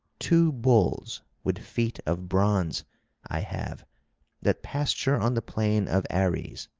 two bulls with feet of bronze i have that pasture on the plain of ares,